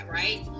right